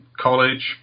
college